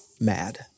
mad